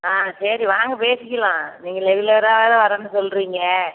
ஆ சரி வாங்க பேசிக்கலாம் நீங்கள் லெகுலராக வேறு வரேன்னு சொல்கிறிங்க